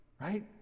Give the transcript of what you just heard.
Right